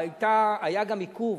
היה גם עיכוב.